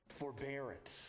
Forbearance